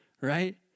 right